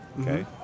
Okay